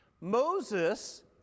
Moses